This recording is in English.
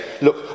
look